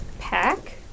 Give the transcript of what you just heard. pack